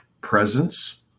presence